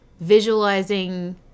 visualizing